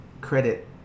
credit